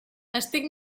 estic